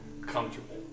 comfortable